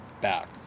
back